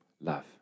love